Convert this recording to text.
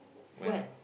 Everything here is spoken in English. when